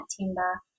timber